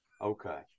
okay